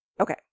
Okay